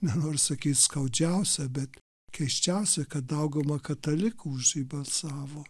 nenoriu sakyt skaudžiausia bet keisčiausia kad dauguma katalikų už jį balsavo